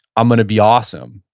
i'm going to be awesome.